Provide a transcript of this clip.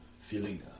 feeling